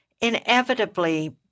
inevitably